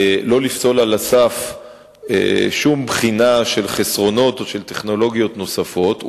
שלא לפסול על הסף שום בחינה של חסרונות או טכנולוגיות נוספות,